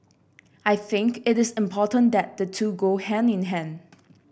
I think it is important that the two go hand in hand